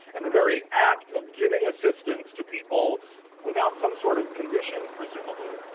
and the very act of giving assistance to people without some sort of condition, presumably,